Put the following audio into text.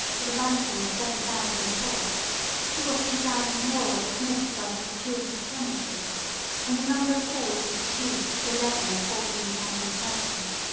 for the ransom of seven thousand poor two or three thousand more were dismissed by his gratuitous clemency and the number of slaves was reduced to eleven or fourteen thousand persons.